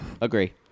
Agree